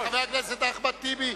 חבר הכנסת אחמד טיבי,